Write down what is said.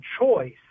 choice